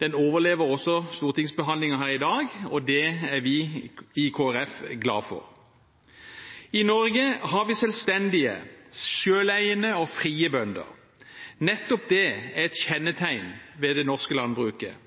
Den overlever også stortingsbehandlingen her i dag, og det er vi i Kristelig Folkeparti glade for. I Norge har vi selvstendige, selveiende og frie bønder. Nettopp det er et kjennetegn ved det norske landbruket.